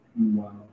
wow